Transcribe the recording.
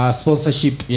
sponsorship